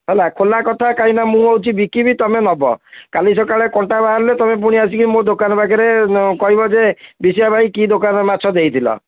ହେଲା ଖୋଲା କଥା କାହିଁକି ନା ମୁଁ ହେଉଛି ବିକିବି ତମେ ନେବ କାଲି ସକାଳେ କଣ୍ଟା ବାହାରିଲେ ତମେ ପୁଣି ଆସିକି ମୋ ଦୋକାନ ପାଖରେ କହିବ ଯେ ବିଶିଆ ଭାଇ କି ଦୋକାନ ମାଛ ଦେଇଥିଲ